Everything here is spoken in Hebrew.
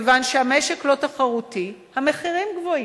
כיוון שהמשק לא תחרותי, המחירים גבוהים,